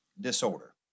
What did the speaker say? disorder